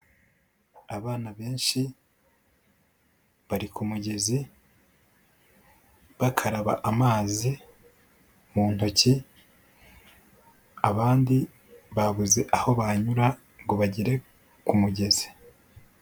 Abana benshi bari ku mugezi bakaraba amazi mu ntoki, abandi babuze aho banyura ngo bagere ku mugezi.